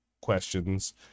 questions